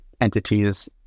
entities